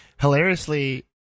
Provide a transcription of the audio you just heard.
Hilariously